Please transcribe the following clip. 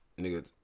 nigga